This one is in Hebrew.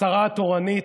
השרה התורנית,